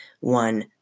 one